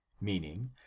Meaning